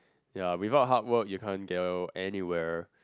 ya we worked hard work you can't go anywhere